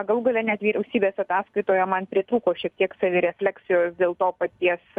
galų gale net vyriausybės ataskaitoje man pritrūko šiek tiek savirefleksijos dėl to paties